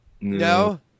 No